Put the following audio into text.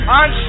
on